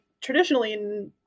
traditionally